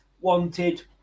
wanted